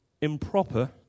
improper